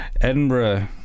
Edinburgh